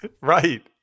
Right